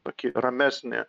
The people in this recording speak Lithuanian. tokį ramesnį